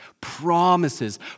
promises